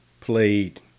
played